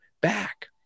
back